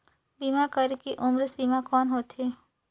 बीमा करे के उम्र सीमा कौन होथे?